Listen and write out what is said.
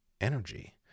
energy